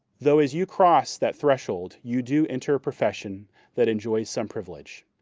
though as you cross that threshold, you do enter a profession that enjoys some privilege.